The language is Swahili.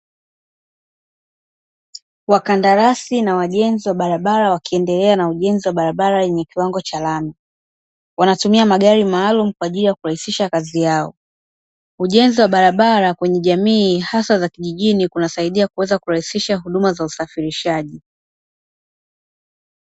Wakandarasi na wajenzi wa barabara wakiendelea na ujenzi wa barabara yenye kiwango cha lami, wanatumia magari maalum kwa ajili ya kurahisisha kazi yao. Ujenzi wa barabara kwenye jamii hasa za kijijini kunasaidia kuweza kurahisisha huduma za usafirishaji.